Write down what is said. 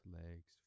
legs